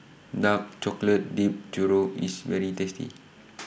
Dark Chocolate Dipped Churro IS very tasty